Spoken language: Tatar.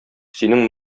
синең